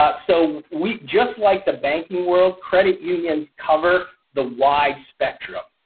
but so we just like the banking world credit unions cover the wide spectrum.